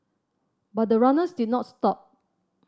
but the runners did not stop